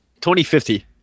2050